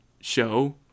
show